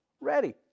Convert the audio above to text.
ready